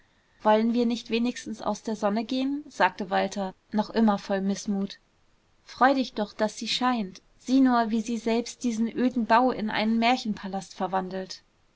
wollen wir nicht wenigstens aus der sonne gehen sagte walter noch immer voll mißmut freu dich doch daß sie scheint sieh nur wie sie selbst diesen öden bau in einen märchenpalast verwandelt